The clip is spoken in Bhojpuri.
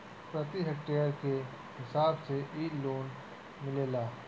प्रति हेक्टेयर के हिसाब से इ लोन मिलेला